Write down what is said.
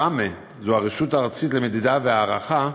ראמ"ה, שזו הרשות הארצית למדידה והערכה,